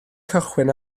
cychwyn